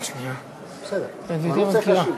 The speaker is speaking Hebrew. כבוד היושב-ראש,